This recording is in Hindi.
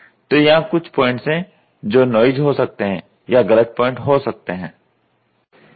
तो यहां कुछ पॉइंट्स हैं जो नॉइज हो सकते हैं या गलत प्वाइंट हो सकते हैं